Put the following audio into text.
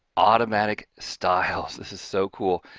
automatic styles. this is so cool.